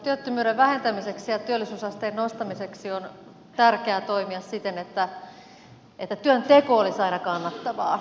työttömyyden vähentämiseksi ja työllisyysasteen nostamiseksi on tärkeää toimia siten että työnteko olisi aina kannattavaa